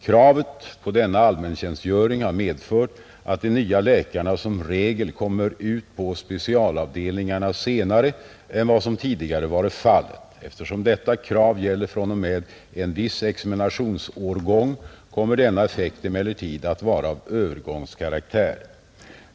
Kravet på denna allmäntjänstgöring har medfört att de nya läkarna som regel kommer ut på specialavdelningar senare än vad som tidigare varit fallet. Eftersom detta krav gäller fr, o. m, en viss examinationsårgång kommer denna effekt emellertid att vara av övergångskaraktär.